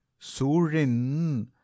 Surin